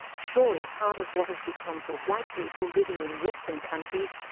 surely part of what has become for white people living in western countries,